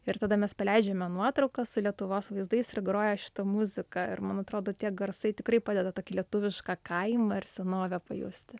ir tada mes paleidžiame nuotrauką su lietuvos vaizdais ir groja šita muzika ir man atrodo tie garsai tikrai padeda tokį lietuvišką kaimą ir senovę pajusti